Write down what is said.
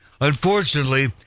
...unfortunately